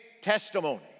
testimony